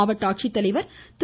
மாவட்ட ஆட்சித்தலைவர் திரு